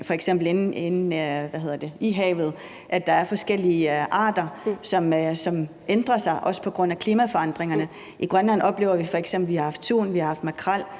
f.eks. er forskellige arter i havet, som ændrer sig – også på grund af klimaforandringerne. I Grønland oplever vi f.eks. at have tun og makrel,